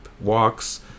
walks